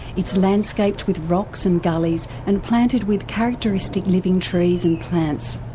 it's landscaped with rocks and gullies and planted with characteristic living trees and plants.